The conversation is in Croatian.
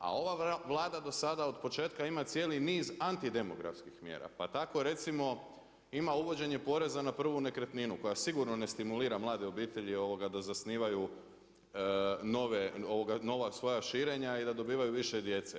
A ova Vlada do sada od početka ima cijeli niz antidemografskih mjera, pa tako recimo, ima uvođenje poreza na prvu nekretninu koja sigurno ne stimulira mlade obitelji da zasnivaju nova svoja širenja i da dobivaju više djece.